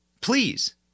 Please